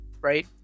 right